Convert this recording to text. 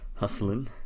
hustling